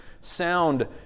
sound